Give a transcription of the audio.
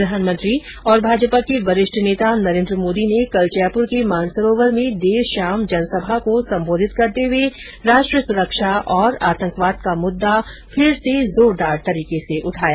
प्रधानमंत्री और भाजपा के वरिष्ठ नेता नरेन्द्र मोदी ने कल जयपुर के मानसरोवर में देर शाम जनसभा को संबोधित करते हुए राष्ट्र सुरक्षा और आतंकवाद का मुद्दा फिर जोरदार तरीके से उठाया